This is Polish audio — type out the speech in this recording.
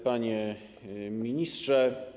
Panie Ministrze!